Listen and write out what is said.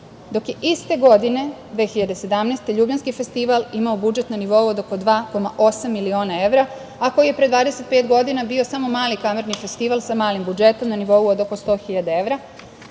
dok je iste godine 2017. Ljubljanski festival imao budžet na nivou od oko 2,8 miliona evra, a koji je pre 25 godina bio samo mali kamerni festival, sa malim budžetom na nivou od oko 100.000 evra.